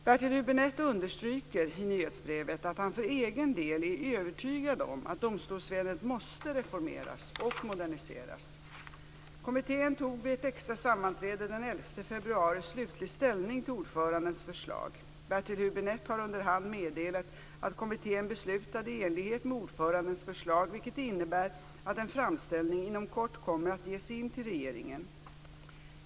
Bertil Hübinette understryker i nyhetsbrevet att han för egen del är övertygad om att domstolsväsendet måste reformeras och moderniseras. Kommittén tog vid ett extra sammanträde den 11 februari slutlig ställning till ordförandens förslag. Bertil Hübinette har under hand meddelat att kommittén beslutade i enlighet med ordförandens förslag, vilket innebär att en framställning inom kort kommer att ges in till regeringen.